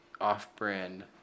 off-brand